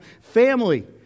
family